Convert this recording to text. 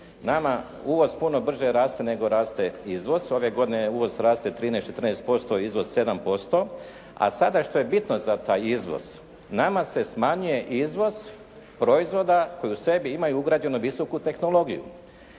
Nama uvoz puno brže raste nego raste izvoz. Ove godine uvoz raste 13, 14%, a izvoz 7%. A sada što je bitno za taj izvoz nama se smanjuje izvoz proizvoda koji u sebi imaju ugrađenu visoku tehnologiju.